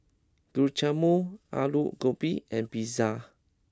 Guacamole Alu Gobi and Pizza